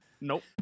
Nope